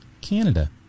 Canada